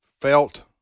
felt